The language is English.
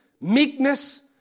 meekness